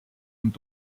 und